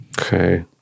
okay